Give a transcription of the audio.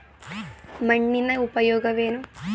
ಮಣ್ಣಿನ ಉಪಯೋಗವೇನು?